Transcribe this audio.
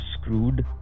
screwed